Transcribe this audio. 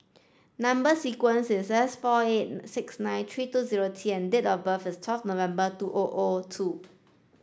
number sequence is S four eight six nine three two zero T and date of birth is twelve November two O O two